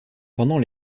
pendant